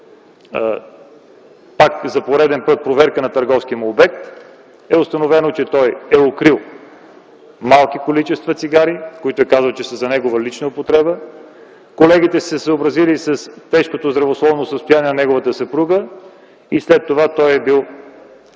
беше за пореден път проверен търговският му обект е установено, че е укрило малки количества цигари, за които е казало, че са за негова лична употреба. Колегите са се съобразили с тежкото здравословно състояние на неговата съпруга и след това той е бил